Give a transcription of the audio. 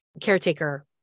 caretaker